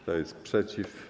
Kto jest przeciw?